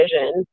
vision